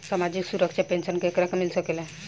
सामाजिक सुरक्षा पेंसन केकरा के मिल सकेला?